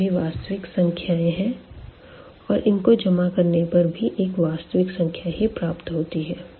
यह सभी वास्तविक संख्याएं हैं और इन को जमा करने पर भी एक वास्तविक संख्या ही प्राप्त होती है